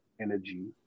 energy